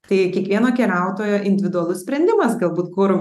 tai kiekvieno keliautojo individualus sprendimas galbūt kur